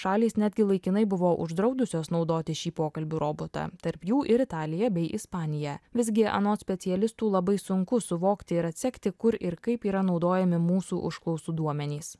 šalys netgi laikinai buvo uždraudusios naudoti šį pokalbių robotą tarp jų ir italija bei ispanija visgi anot specialistų labai sunku suvokti ir atsekti kur ir kaip yra naudojami mūsų užklausų duomenys